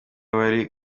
wari